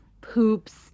poops